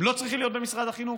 הם לא צריכים להיות במשרד החינוך?